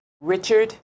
Richard